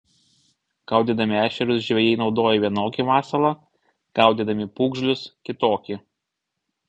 gaudydami ešerius žvejai naudoja vienokį masalą gaudydami pūgžlius kitokį